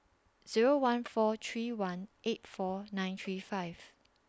Zero one four three one eight four nine three five